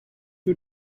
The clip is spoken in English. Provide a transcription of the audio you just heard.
you